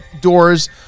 doors